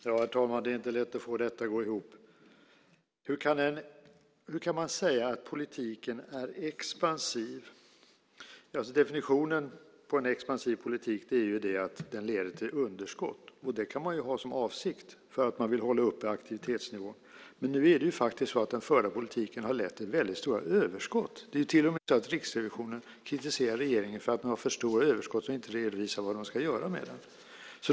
Herr talman! Det är inte lätt att få detta att gå ihop. Hur kan man säga att politiken är expansiv? Definitionen på en expansiv politik är att den leder till underskott. Det kan man ha som avsikt för att man vill hålla uppe aktivitetsnivån. Men nu är det faktiskt så att den förda politiken har lett till väldigt stora överskott. Det är till och med så att Riksrevisionen kritiserar regeringen för att den har för stora överskott som den inte redovisar vad den ska göra med.